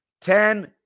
Ten